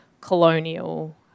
colonial